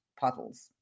puddles